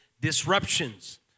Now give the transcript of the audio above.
disruptions